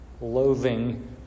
loathing